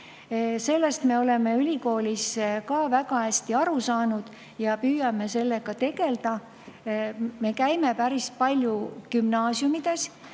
Sellest me oleme ülikoolis ka väga hästi aru saanud ja püüame sellega tegelda. Me käime päris palju gümnaasiumides